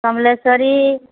Samaleswari